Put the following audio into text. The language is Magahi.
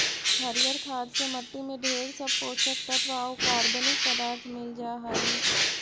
हरियर खाद से मट्टी में ढेर सब पोषक तत्व आउ कार्बनिक पदार्थ मिल जा हई